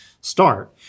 start